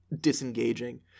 disengaging